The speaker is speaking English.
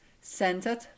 centered